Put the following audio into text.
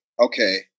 okay